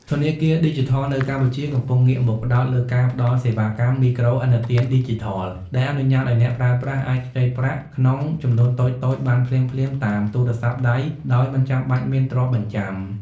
ធនាគារឌីជីថលនៅកម្ពុជាកំពុងងាកមកផ្ដោតលើការផ្ដល់សេវាកម្ម មីក្រូឥណទានឌីជីថល ដែលអនុញ្ញាតឱ្យអ្នកប្រើប្រាស់អាចខ្ចីប្រាក់ក្នុងចំនួនតូចៗបានភ្លាមៗតាមទូរស័ព្ទដៃដោយមិនចាំបាច់មានទ្រព្យបញ្ចាំ។